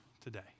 today